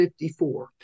54